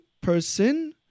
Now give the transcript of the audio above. person